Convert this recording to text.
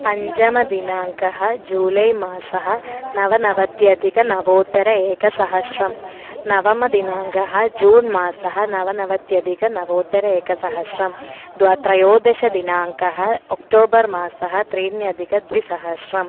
पञ्चमदिनाङ्कः जूलै मासः नवनवत्यधिक नवोत्तर एकसहस्रं नवमदिनाङ्कः जून् मासः नवनवत्यधिक नवोत्तर एकसहस्रं द्वे त्रयोदशदिनाङ्कः ओक्टोबर् मासः त्रीण्यधिकद्विसहस्रम्